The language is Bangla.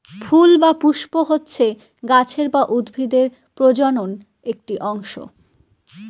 ফুল বা পুস্প হচ্ছে গাছের বা উদ্ভিদের প্রজনন একটি অংশ